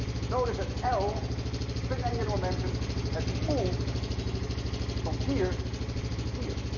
but notice that l, the spin angular momentum has moved from here to here.